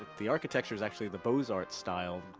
the architecture is actually the beaux-arts style,